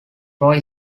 roy